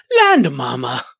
Landmama